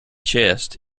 chest